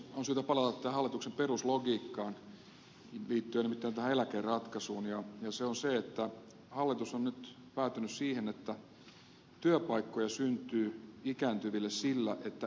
on syytä palata hallituksen peruslogiikkaan liittyen tähän eläkeratkaisuun ja se on se että hallitus on nyt päätynyt siihen että työpaikkoja syntyy ikääntyville sillä että eläkkeitä heikennetään